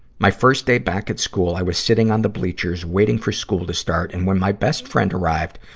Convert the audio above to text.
my first day back at school, i was sitting on the bleachers waiting for school to start. and when my best friend arrived,